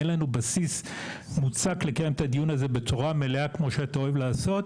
אין לנו בסיס לקיים את הדיון הזה בצורה מלאה כמו שאתה אוהב לעשות,